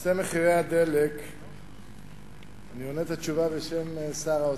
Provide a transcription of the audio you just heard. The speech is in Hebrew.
בנושא מחירי הדלק אני עונה את התשובה בשם שר האוצר.